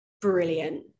Brilliant